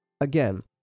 again